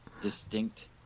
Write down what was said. distinct